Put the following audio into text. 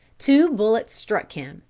two bullets struck him,